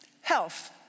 Health